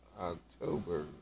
October